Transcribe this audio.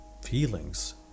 feelings